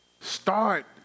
Start